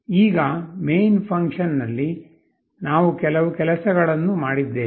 ಈಗ main function ನಲ್ಲಿ ನಾವು ಕೆಲವು ಕೆಲಸಗಳನ್ನು ಮಾಡಿದ್ದೇವೆ